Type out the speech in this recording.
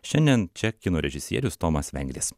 šiandien čia kino režisierius tomas vengris